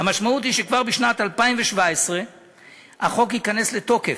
המשמעות היא שכבר בשנת 2017 החוק ייכנס לתוקף.